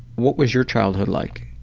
what was your childhood like?